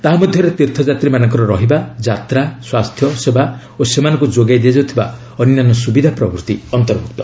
ତାହା ମଧ୍ୟରେ ତୀର୍ଥ ଯାତ୍ରୀମାନଙ୍କର ରହିବା ଯାତ୍ରା ସ୍ପାସ୍ଥ୍ୟ ସେବା ଓ ସେମାନଙ୍କୁ ଯୋଗାଇ ଦିଆଯାଉଥିବା ଅନ୍ୟାନ୍ୟ ସୁବିଧା ପ୍ରଭୃତି ଅନ୍ତର୍ଭୁକ୍ତ